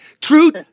Truth